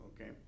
okay